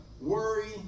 worry